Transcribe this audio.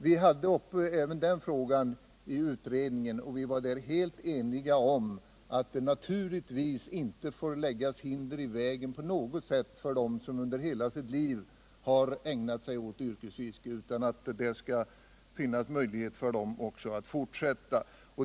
Vi hade även den irågan uppe i utredningen, och vi var där helt eniga om att det naturligtvis inte på något sätt får läggas hinder i vägen för dem som under hela silt liv har ägnat sig åt yrkesfiske utan att det skall finnas möjlighet för dem att fortsätta.